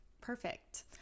Perfect